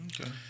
Okay